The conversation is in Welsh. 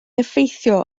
effeithio